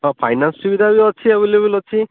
ହଁ ଫାଇନାନ୍ସ ସୁବିଧା ବି ଅଛି ଆଭେଲେବଲ୍ ଅଛି